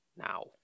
now